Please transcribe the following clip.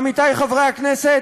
עמיתי חברי הכנסת,